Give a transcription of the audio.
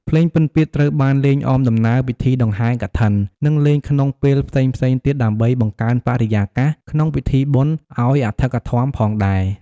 ភ្លេងពិណពាទ្យត្រូវបានលេងអមដំណើរពិធីដង្ហែរកឋិន និងលេងក្នុងពេលផ្សេងៗទៀតដើម្បីបង្កើនបរិយាកាសក្នុងពិធីបុណ្យឲ្យអធឹកអធមផងដែរ។